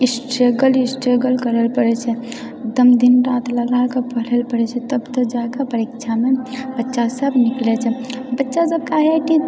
struggle struggle करै लऽ पड़ैत छै एकदम दिनरात लगा कऽ पढ़ै पड़ैत छै तब तऽ जाए कऽ परीक्षामे बच्चा सब निकलैत छै बच्चा सबके आइ आइ टी